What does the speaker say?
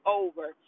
over